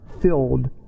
filled